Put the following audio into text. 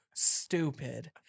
stupid